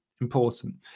important